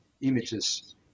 images